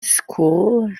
school